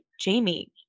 Jamie